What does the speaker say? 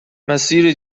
مسیر